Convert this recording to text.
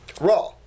raw